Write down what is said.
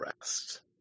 rest